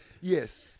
yes